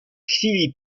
chwili